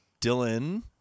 Dylan